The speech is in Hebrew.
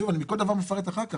כל דבר אני מפרט אחר כך.